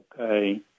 okay